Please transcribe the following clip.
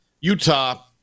Utah